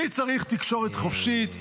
מי צריך תקשורת חופשית?